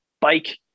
bike